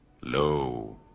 Lo